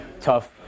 tough